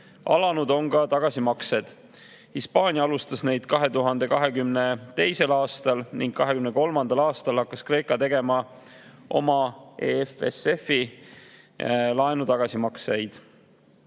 Alanud on ka tagasimaksed. Hispaania alustas neid 2022. aastal ning 2023. aastal hakkas Kreeka tegema oma EFSF‑i laenu tagasimakseid. ESM‑i